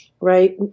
right